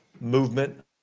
movement